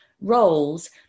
roles